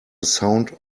sound